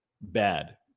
Bad